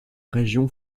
région